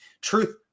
truth